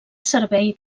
servei